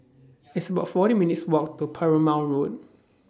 It's about forty minutes' Walk to Perumal Road